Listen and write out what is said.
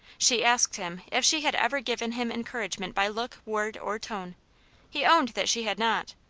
she asked him if she had ever given him encouragement by look, word, or tone he owned that she had not.